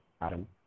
Adam